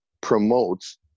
promotes